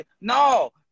No